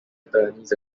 attorneys